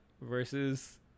versus